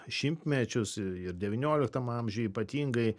šimtmečius ir devynioliktam amžiuj ypatingai